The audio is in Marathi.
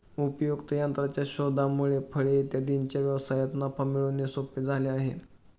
उपयुक्त यंत्राच्या शोधामुळे फळे इत्यादींच्या व्यवसायात नफा मिळवणे सोपे झाले आहे